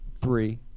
three